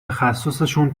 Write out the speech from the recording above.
تخصصشون